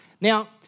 Now